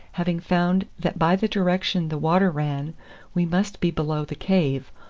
having found that by the direction the water ran we must be below the cave,